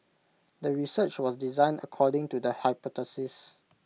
the research was designed according to the hypothesis